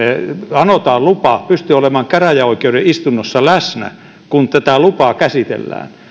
anotaan lupa pystyy olemaan käräjäoikeuden istunnossa läsnä kun tätä lupaa käsitellään